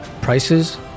prices